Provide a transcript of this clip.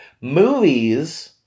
movies